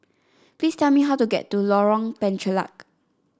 please tell me how to get to Lorong Penchalak